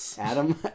Adam